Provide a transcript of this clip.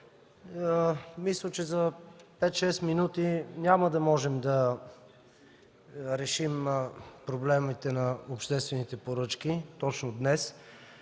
мисля че за 5-6 минути няма да можем да решим проблемите на обществените поръчки точно днес.